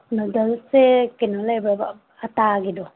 ꯅꯨꯗꯜꯁꯁꯦ ꯀꯩꯅꯣ ꯂꯩꯕ꯭ꯔꯕ ꯑꯇꯥꯒꯤꯗꯣ